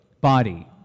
body